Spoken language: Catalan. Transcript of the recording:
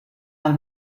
del